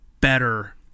better